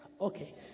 Okay